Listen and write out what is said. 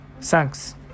Thanks